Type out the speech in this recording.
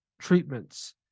treatments